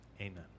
Amen